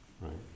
right